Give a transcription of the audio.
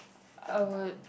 I would